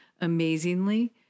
amazingly